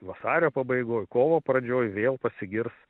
vasario pabaigoj kovo pradžioj vėl pasigirs